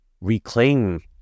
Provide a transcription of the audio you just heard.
reclaim